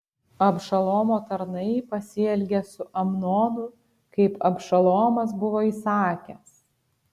abšalomo tarnai pasielgė su amnonu kaip abšalomas buvo įsakęs